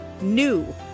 NEW